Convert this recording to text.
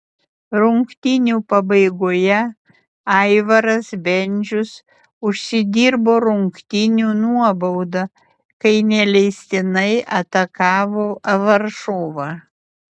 rungtynių pabaigoje aivaras bendžius užsidirbo rungtynių nuobaudą kai neleistinai atakavo varžovą